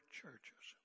churches